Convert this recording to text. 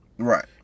Right